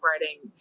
writing